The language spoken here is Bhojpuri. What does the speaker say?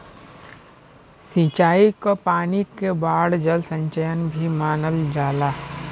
सिंचाई क पानी के बाढ़ जल संचयन भी मानल जाला